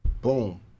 boom